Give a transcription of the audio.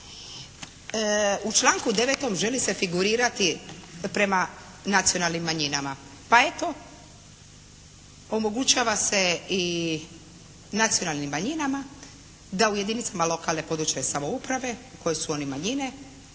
U članku 9. želi se figurirati prema nacionalnim manjinama pa eto omogućava se i nacionalnim manjinama da u jedinicama lokalne i područne samouprave u kojoj su one manjine,